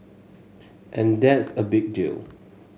and that's a big deal